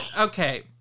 okay